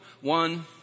one